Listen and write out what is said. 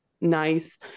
nice